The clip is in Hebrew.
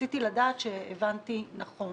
רציתי לדעת שהבנתי נכון.